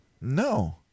No